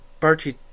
Barchi